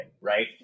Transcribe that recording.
right